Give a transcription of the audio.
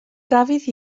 dafydd